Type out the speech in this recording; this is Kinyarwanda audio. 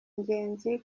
ingenzi